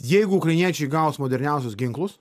jeigu ukrainiečiai gaus moderniausius ginklus